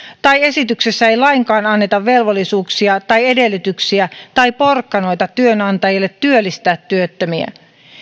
tai esityksessä ei lainkaan anneta velvollisuuksia tai edellytyksiä tai porkkanoita työnantajille työllistää työttömiä